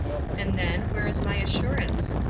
and then, where is my assurance?